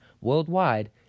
worldwide